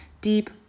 deep